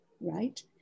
right